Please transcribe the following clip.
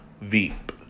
Veep